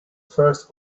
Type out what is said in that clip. first